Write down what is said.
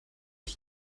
wie